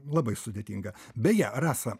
labai sudėtinga beje rasa